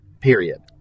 Period